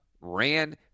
ran